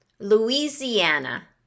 Louisiana